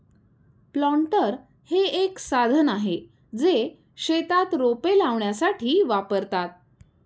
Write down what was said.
planter हे एक साधन आहे, जे शेतात रोपे लावण्यासाठी वापरतात